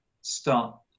start